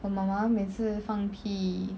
我妈妈每次放屁